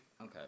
okay